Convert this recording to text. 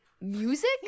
Music